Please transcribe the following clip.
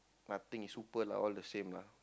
nothing super lah all the same lah